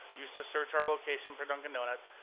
used to search our location for dunkin' donuts.